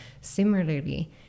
Similarly